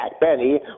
Benny